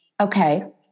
Okay